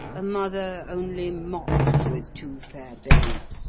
a mother only mock'd with two fair babes